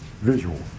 Visual